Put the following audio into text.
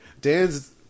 dan's